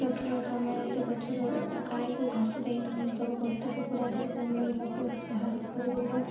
ରଖିବା ସମୟରେ ସେ ଗଛରେ ଗାଈକୁ ଘାସ ଦେଇଥାଉ ସବୁ ଗଦେ କୁକୁଡ଼ା ବେଳେ ଦେଇଥାକୁ ବାହାର କରି ଦେଇଥାଉ